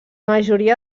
majoria